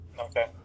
Okay